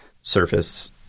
surface